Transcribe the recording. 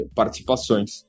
participações